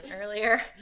earlier